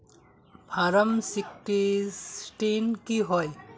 Form sixteen की होय?